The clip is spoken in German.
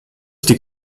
die